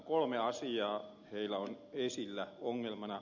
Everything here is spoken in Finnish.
kolme asiaa heillä on esillä ongelmina